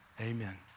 amen